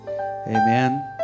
Amen